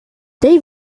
day